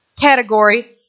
category